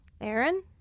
Aaron